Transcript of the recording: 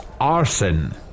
Arson